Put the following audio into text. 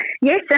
Yes